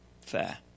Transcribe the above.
fair